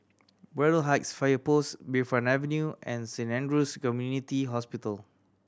Braddell Heights Fire Post Bayfront Avenue and Saint Andrew's Community Hospital